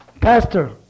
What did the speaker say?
pastor